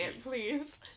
Please